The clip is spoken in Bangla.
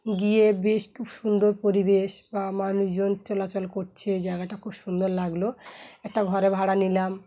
গিয়ে বেশ খুব সুন্দর পরিবেশ বা মানুষজন চলাচল করছে জায়গাটা খুব সুন্দর লাগলো একটা ঘরে ভাড়া নিলাম